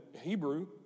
Hebrew